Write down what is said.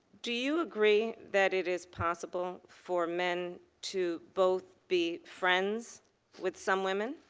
do you agree that it is possible for men to both be friends with some women